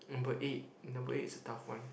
number eight number eight is a tough one